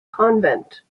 convent